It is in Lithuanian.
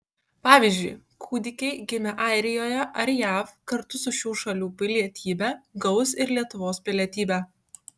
pavyzdžiui kūdikiai gimę airijoje ar jav kartu su šių šalių pilietybe gaus ir lietuvos pilietybę